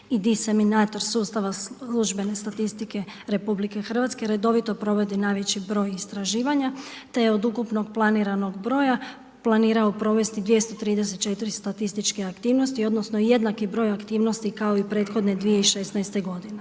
diseminator sustava službene statistike RH redovito provodi najveći broj istraživanja te je od ukupno planiranog broja planirao provesti 234 statističke aktivnosti, odnosno jednaki broj aktivnosti kao i prethodne 2016. godine